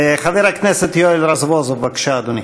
יואל רזבוזוב, בבקשה, אדוני.